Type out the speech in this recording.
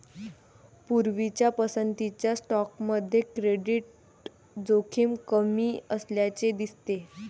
पूर्वीच्या पसंतीच्या स्टॉकमध्ये क्रेडिट जोखीम कमी असल्याचे दिसते